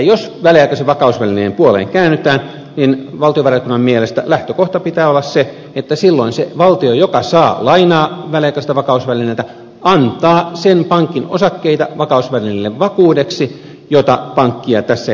jos väliaikaisen vakausvälineen puoleen käännytään niin valtiovarainvaliokunnan mielestä lähtökohtana pitää olla se että silloin se valtio joka saa lainaa väliaikaiselta vakausvälineeltä antaa vakausvälineelle vakuudeksi sen pankin osakkeita jota tässä yhteydessä pääomitetaan